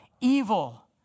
Evil